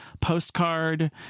postcard